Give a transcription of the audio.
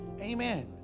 Amen